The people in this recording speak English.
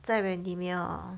在 bendemeer orh